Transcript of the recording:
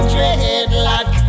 Dreadlock